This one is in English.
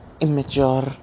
immature